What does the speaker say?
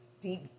deep